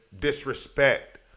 disrespect